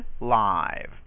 live